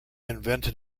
invented